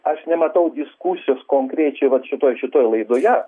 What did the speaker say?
aš nematau diskusijos konkrečiai vat šitoj šitoj laidoje